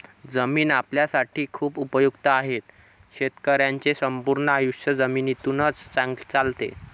जमीन आपल्यासाठी खूप उपयुक्त आहे, शेतकऱ्यांचे संपूर्ण आयुष्य जमिनीतूनच चालते